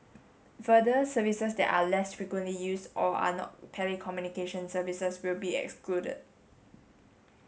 further services that are less frequently use or are not telecommunication services will be excluded